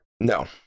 No